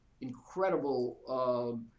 incredible